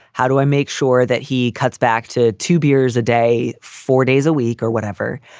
how do i make sure that he cuts back to two beers a day, four days a week or whatever?